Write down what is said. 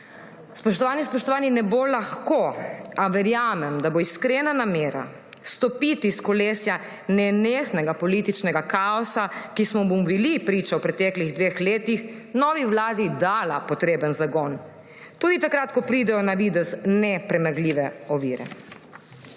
Spoštovane in spoštovani, ne bo lahko, a verjamem, da bo iskrena namera stopiti s kolesja nenehnega političnega kaosa, ki smo mu bili priča v preteklih dveh letih, novi vladi dala potreben zagon tudi takrat, ko pridejo na videz nepremagljive ovire.